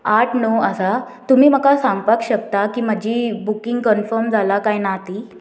आठ णव आसा तुमी म्हाका सांगपाक शकता की म्हजी बुकींग कन्फर्म जाला काय ना ती